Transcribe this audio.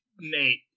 Nate